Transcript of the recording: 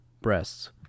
breasts